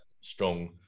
strong